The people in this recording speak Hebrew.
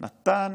נתן